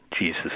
Jesus